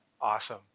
awesome